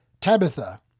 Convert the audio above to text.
Tabitha